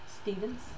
Stevens